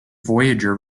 voyager